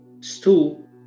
stool